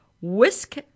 Whisk